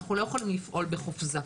אנחנו לא יכולים לפעול בחופזה.